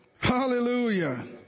hallelujah